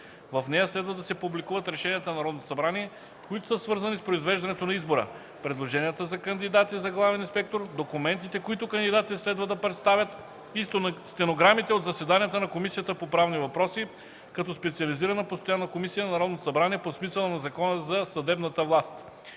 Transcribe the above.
В нея следва да се публикуват решенията на Народното събрание, които са свързани с произвеждането на избора, предложенията за кандидати за главен инспектор, документите, които кандидатите следва да представят, и стенограмите от заседанията на Комисията по правни въпроси, като специализирана постоянна комисия на Народното събрание по смисъла на Закона за съдебната власт.